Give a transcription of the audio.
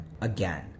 again